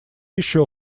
еще